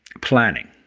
planning